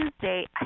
Tuesday